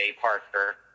Parker